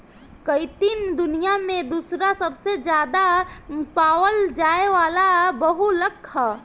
chitin दुनिया में दूसरा सबसे ज्यादा पावल जाये वाला बहुलक ह